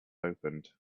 opened